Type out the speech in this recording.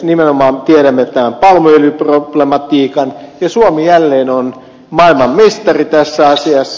nimenomaan tiedämme tämän palmuöljyproblematiikan ja suomi jälleen on maailmanmestari tässä asiassa